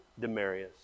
Demarius